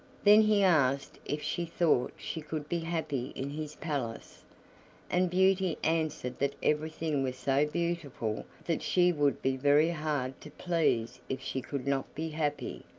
then he asked if she thought she could be happy in his palace and beauty answered that everything was so beautiful that she would be very hard to please if she could not be happy.